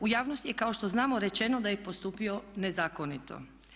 U javnosti je kao što znamo rečeno da je postupio nezakonito.